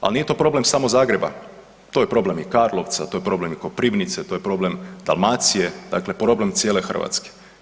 Ali nije to problem samo Zagreba, to je problem i Karlovca, to je problem i Koprivnice, to je problem Dalmacije, dakle problem cijele Hrvatske.